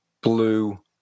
blue